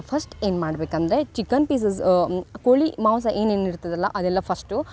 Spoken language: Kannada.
ಫಸ್ಟ್ ಏನು ಮಾಡಬೇಕಂದ್ರೆ ಚಿಕನ್ ಪೀಸಸ್ ಕೋಳಿ ಮಾಂಸ ಏನೇನು ಇರ್ತದಲ್ಲ ಅದೆಲ್ಲ ಫಸ್ಟು